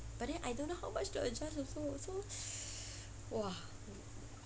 but then I don't know how much to adjust also so !wah!